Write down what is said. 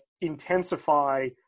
intensify